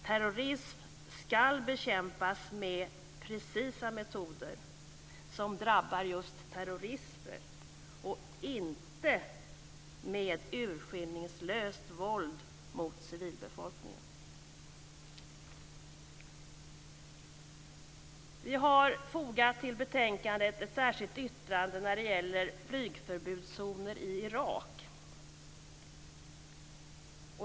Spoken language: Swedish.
Terrorism ska bekämpas med precisa metoder som drabbar just terrorister - inte med urskillningslöst våld mot civilbefolkningen. I betänkandet har vi ett särskilt yttrande när det gäller flygförbudszoner i Irak.